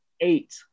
eight